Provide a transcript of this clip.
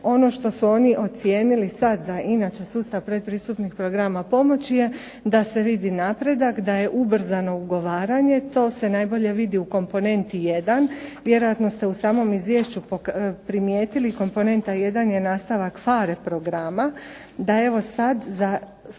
ono što su oni ocijenili sad za inače sustav predpristupnih programa pomoći je da se vidi napredak da je ubrzano ugovaranje, to se najbolje vidi u komponenti jedan, vjerojatno ste u samom izvješću primijetili komponenta jedan je nastala PHARE programa, da evo sad za,